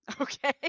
Okay